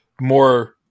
more